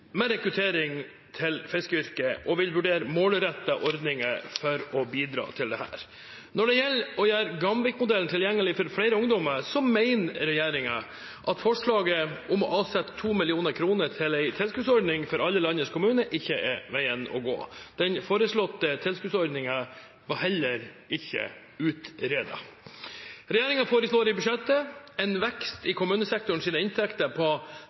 med rekruttering til fiskeryrket og vil vurdere målrettede ordninger for å bidra til dette. Når det gjelder å gjøre Gamvik-modellen tilgjengelig for flere ungdommer, mener regjeringen at forslaget om å avsette 2 mill. kr til en tilskuddsordning for alle landets kommuner ikke er veien å gå. Den foreslåtte tilskuddsordningen var heller ikke utredet. Regjeringen foreslår i budsjettet en vekst i kommunesektorens inntekter på